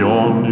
on